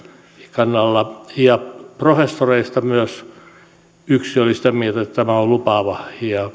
kannalla ja professoreista yksi oli myös sitä mieltä että tämä on lupaava